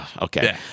Okay